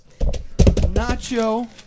Nacho